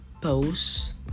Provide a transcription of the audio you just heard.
post